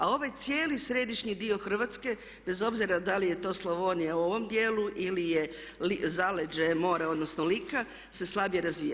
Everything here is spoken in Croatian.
A ovaj cijeli središnji dio Hrvatske bez obzira da li je to Slavonija u ovom dijelu ili je zaleđe mora, odnosno Lika se slabije razvija.